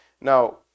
Now